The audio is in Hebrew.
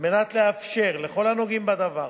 על מנת לאפשר לכל הנוגעים בדבר